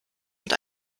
mit